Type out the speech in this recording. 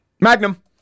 Magnum